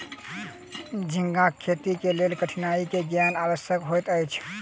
झींगाक खेती के लेल कठिनी के ज्ञान आवश्यक होइत अछि